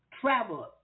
Travel